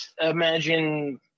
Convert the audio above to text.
imagine